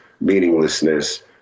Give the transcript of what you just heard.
meaninglessness